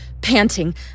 panting